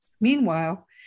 Meanwhile